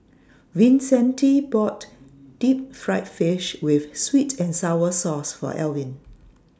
Vicente bought Deep Fried Fish with Sweet and Sour Sauce For Alvin